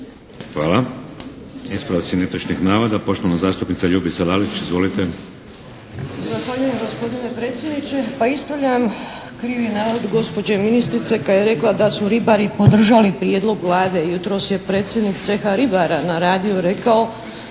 Hvala. Ispravak netočnog navoda, poštovana zastupnica Ljubica Lalić. **Lalić, Ljubica (HSS)** Zahvaljujem gospodine predsjedniče. Pa ispravljam krivi navod gospođe ministrice kad je rekla da su ribari podržali prijedlog Vlade. Jutros je predsjednik Ceha ribara na radiju rekao